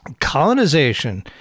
colonization